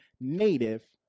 native